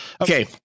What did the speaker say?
Okay